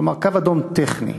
כלומר קו אדום טכני,